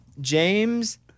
James